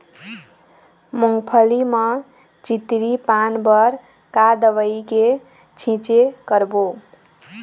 मूंगफली म चितरी पान बर का दवई के छींचे करबो?